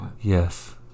yes